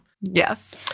Yes